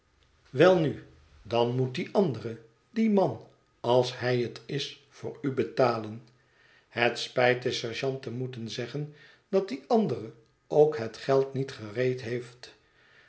welnu dan moet die andere die man als hij het is voor u betalen het spijt den sergeant te moeten zeggen dat die andere ook het geld niet gereed heeft